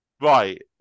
right